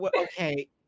okay